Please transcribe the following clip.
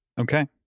okay